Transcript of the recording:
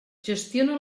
gestiona